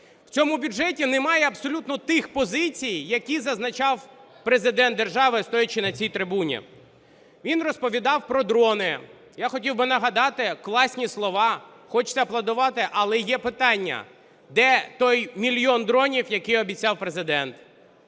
В цьому бюджеті немає абсолютно тих позицій, які зазначав Президент держави, стоячи на цій трибуні. Він розповідав про дрони. Я хотів би нагадати класні слова, хочеться аплодувати, але є питання, де той мільйон дронів, які обіцяв Президент.